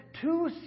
two